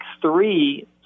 three